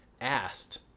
asked